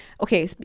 Okay